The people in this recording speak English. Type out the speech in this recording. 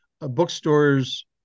Bookstores